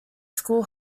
school